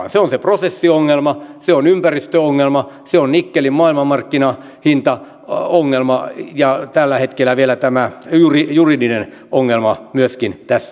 se on se prosessiongelma se on ympäristöongelma se on nikkelin maailmanmarkkinahintaongelma ja tällä hetkellä vielä tämä juridinen ongelma myöskin tässä